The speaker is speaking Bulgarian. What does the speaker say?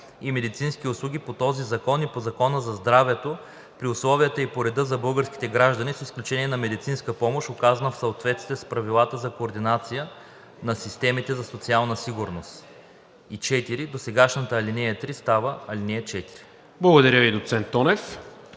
Благодаря Ви, доцент Тонев.